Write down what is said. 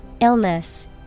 Illness